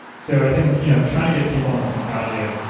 so i think you know trying to get people in this mentality of,